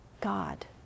God